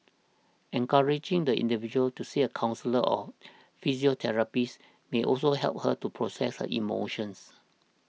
encouraging the individual to see a counsellor or psychotherapist may also help her to process her emotions